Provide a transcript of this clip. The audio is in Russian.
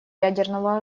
ядерного